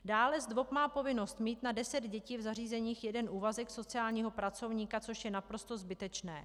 Dále má ZDVOP povinnost mít na deset dětí v zařízeních jeden úvazek sociálního pracovníka, což je naprosto zbytečné.